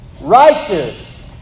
righteous